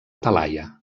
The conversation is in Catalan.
talaia